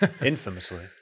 Infamously